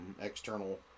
external